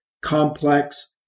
complex